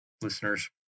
listeners